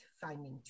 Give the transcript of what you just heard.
finding